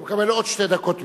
אתה מקבל עוד שתי דקות תמימות.